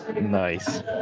Nice